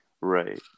Right